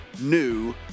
new